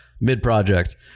mid-project